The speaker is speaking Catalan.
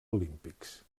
olímpics